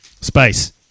space